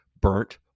burnt